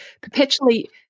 perpetually